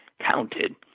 counted